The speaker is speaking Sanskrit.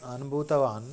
अनुभूतवान्